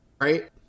right